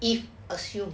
if a few